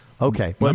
Okay